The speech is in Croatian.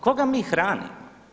Koga mi hranimo?